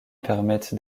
permettent